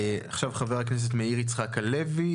חבר הכנסת מאיר יצחק הלוי,